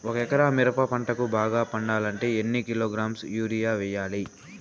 ఒక ఎకరా మిరప పంటకు బాగా పండాలంటే ఎన్ని కిలోగ్రామ్స్ యూరియ వెయ్యాలి?